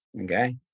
Okay